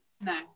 No